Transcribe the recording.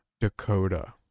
Dakota